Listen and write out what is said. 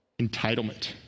Entitlement